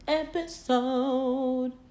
episode